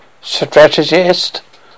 Strategist